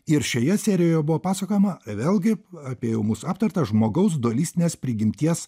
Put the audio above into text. ir šioje serijoje buvo pasakojama vėlgi apie jau mūsų aptartą žmogaus dualistinės prigimties